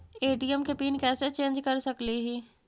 ATM के PIN कैसे change कर सकली ही?